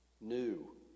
New